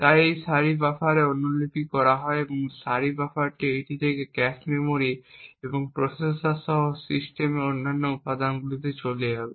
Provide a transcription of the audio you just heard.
তারপর এই সারি বাফারে অনুলিপি করা হয় সারি বাফার এটি তারপর ক্যাশে মেমরি এবং প্রসেসর সহ সিস্টেমের অন্যান্য উপাদানগুলিতে চলে যাবে